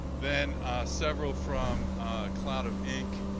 then several from cloud of ink,